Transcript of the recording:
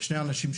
שני אנשים,